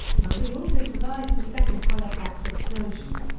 marie also survived the second halifax explosion.